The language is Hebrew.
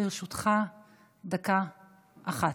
לרשותך דקה אחת.